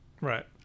right